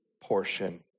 portion